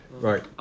Right